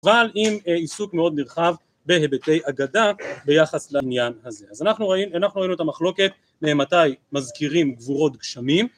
‫אבל עם עיסוק מאוד נרחב ‫בהיבטי אגדה ביחס לעניין הזה. ‫אז אנחנו ראינו את המחלוקת, ‫ממתי מזכירים גבורות גשמים.